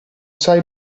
sai